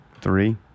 three